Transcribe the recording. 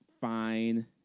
fine